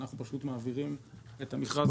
אנחנו פשוט מעבירים את המכרז כפי שהוא.